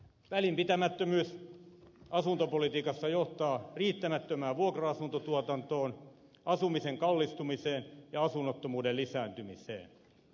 välinpitämättömyys asuntopolitiikassa johtaa riittämättömään vuokra asuntotuotantoon asumisen kallistumiseen ja asunnottomuuden lisääntymiseen